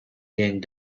being